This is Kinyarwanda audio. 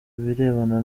birebana